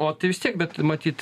o tai vis tiek bet matyt